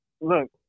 look